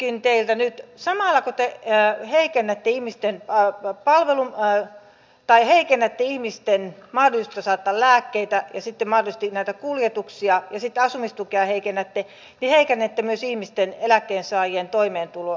samalla kun te heikennätte ihmisten päät painunut tai heikennä ihmisten mahdollisuutta saada lääkkeitä ja sitten mahdollisesti näitä kuljetuksia ja sitten asumistukea heikennätte heikennätte myös ihmisten eläkkeensaajien toimeentuloa